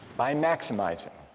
by maximizing